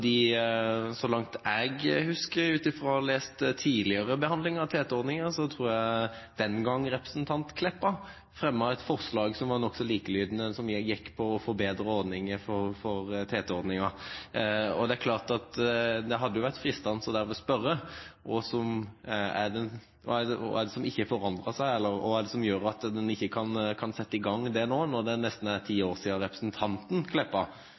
så langt jeg husker fra å ha lest om tidligere behandlinger av TT-ordningen, tror jeg Meltveit Kleppa – den gang representanten Meltveit Kleppa – har fremmet et forslag som var nokså likelydende, som gikk på å forbedre TT-ordningen. Derfor hadde det vært fristende å spørre: Hva er det som har forandret seg, eller hva er det som gjør at en ikke kan sette i gang det nå, når det er nesten ti år siden representanten Meltveit Kleppa